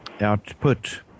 output